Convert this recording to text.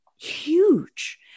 huge